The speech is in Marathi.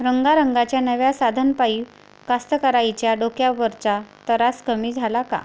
रंगारंगाच्या नव्या साधनाइपाई कास्तकाराइच्या डोक्यावरचा तरास कमी झाला का?